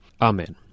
Amen